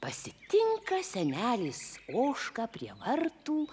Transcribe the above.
pasitinka senelis ožką prie vartų